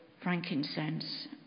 frankincense